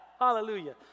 hallelujah